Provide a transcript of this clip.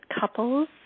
couples